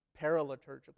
paraliturgical